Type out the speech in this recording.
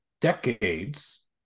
decades